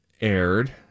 aired